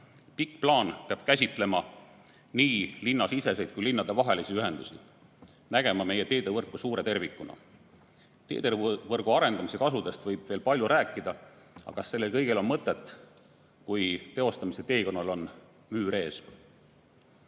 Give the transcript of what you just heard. Pikk plaan peab käsitlema nii linnasiseseid kui ka linnadevahelisi ühendusi, nägema meie teevõrku suure tervikuna. Teevõrgu arendamise kasudest võib veel palju rääkida, aga kas sellel kõigel on mõtet, kui teostamise teekonnal on müür ees?